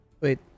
wait